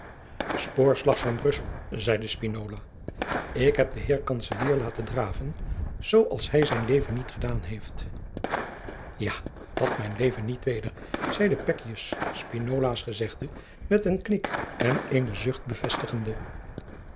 van brussel zeide spinola ik heb den heer kantzelier laten draven zoo als hij zij leven niet gedaan heeft jacob van lennep de pleegzoon ja dat mijn leven niet weder zeide pekkius spinolaas gezegde met een knik en eenen zucht bevestigende